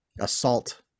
assault